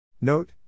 Note